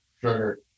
sugar